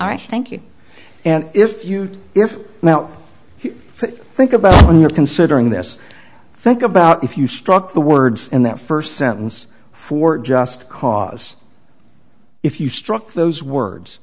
term thank you and if you if now if you think about when you're considering this think about if you struck the words in that first sentence for just cause if you struck those words